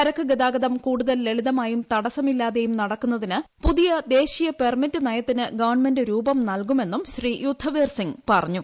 ചരക്ക് ഗതാഗതം കൂടുതൽ ലളിതമായും തടസ്സമില്ലാതെയും നടക്കുന്നതിന് പുതിയ ദേശീയ പെർമിറ്റ് നയത്തിന് ഗവൺമെന്റ് രൂപം നൽകുമെന്നും ശ്രീ യുദ്ധവീർസിംഗ് പറഞ്ഞു